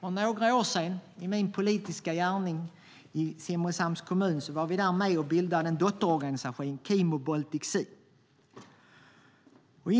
För några år sedan, i min politiska gärning i Simrishamns kommun, var vi med och bildade en dotterorganisation, Kimo Baltic Sea.